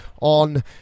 on